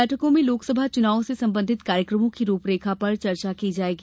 बैठकों में लोकसभा चुनाव से संबंधित कार्यक्रमों की रूपरेखा पर चर्चा की जायेगी